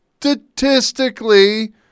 statistically